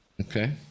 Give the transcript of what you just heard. Okay